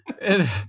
And-